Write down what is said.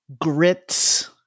grit